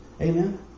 Amen